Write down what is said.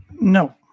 No